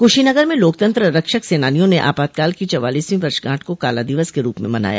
कुशोनगर में लोकतंत्र रक्षक सेनानियों ने आपातकाल की चौवालीसवीं वर्षगांठ का काला दिवस के रूप में मनाया